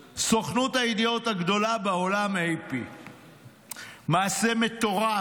סוכנות הידיעות הגדולה בעולם, AP. מעשה מטורף,